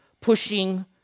pushing